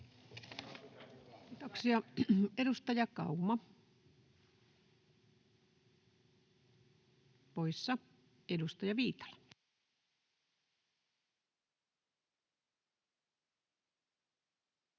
Kiitoksia. — Edustaja Kauma poissa. — Edustaja Viitala.